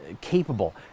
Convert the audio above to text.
capable